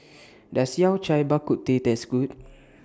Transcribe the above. Does Yao Cai Bak Kut Teh Taste Good